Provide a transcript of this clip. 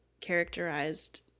characterized